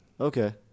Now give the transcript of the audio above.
Okay